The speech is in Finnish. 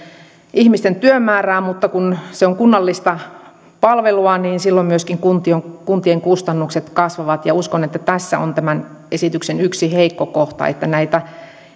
ihmisten työmäärää mutta kun se on kunnallista palvelua niin silloin myöskin kuntien kuntien kustannukset kasvavat uskon että tässä on tämän esityksen yksi heikko kohta että näitä